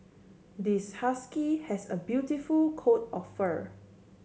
this husky has a beautiful coat of fur